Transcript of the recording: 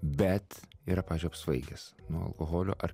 bet yra pavyzdžiui apsvaigęs nuo alkoholio ar